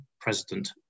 President